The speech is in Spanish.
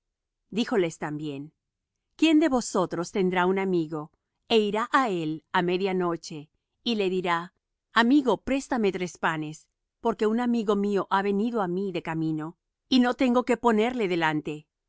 díjoles también quién de vosotros tendrá un amigo é irá á él á media noche y le dirá amigo préstame tres panes porque un amigo mío ha venido á mí de camino y no tengo que ponerle delante